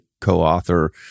co-author